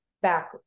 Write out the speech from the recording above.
back